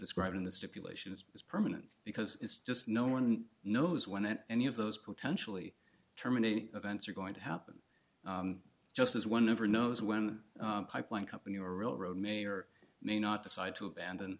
described in the stipulations as permanent because it's just no one knows when it any of those potentially terminating events are going to happen just as one never knows when pipeline company or real road may or may not decide to aband